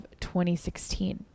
2016